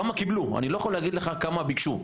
אני לא יכול להגיד לך כמה ביקשו.